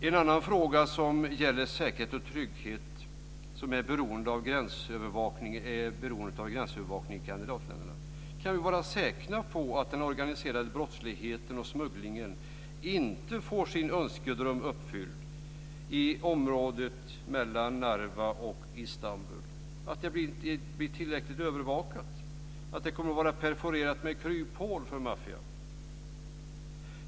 En annan fråga som gäller säkerhet och trygghet är beroendet av gränsövervakning i kandidatländerna. Kan vi vara säkra på att den organiserade brottsligheten och smugglingen inte får sin önskedröm uppfylld i området mellan Narva och Istanbul, att det blir tillräckligt övervakat, att det inte kommer att vara perforerat med kryphål för maffian?